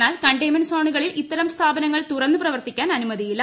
എന്നാൽ കണ്ടെയ്ൻമെന്റ് സ്ോണുകളിൽ ഇത്തരം സ്ഥാപനങ്ങൾ തുറന്നു പ്രവർത്തിക്കാൻ അനുമതിയില്ല